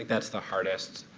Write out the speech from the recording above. that's the hardest.